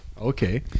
Okay